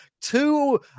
Two